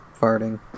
farting